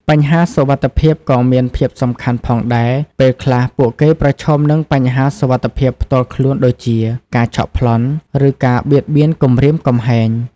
បញ្ហាសុវត្ថិភាពក៏មានភាពសំខាន់ផងដែរ ពេលខ្លះពួកគេប្រឈមនឹងបញ្ហាសុវត្ថិភាពផ្ទាល់ខ្លួនដូចជា ការឆក់ប្លន់ ឬការបៀតបៀនគំរាមគំហែង ។